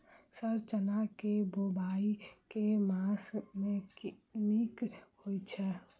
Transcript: Sir चना केँ बोवाई केँ मास मे नीक होइ छैय?